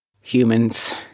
Humans